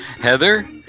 Heather